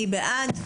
מי בעד?